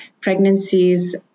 pregnancies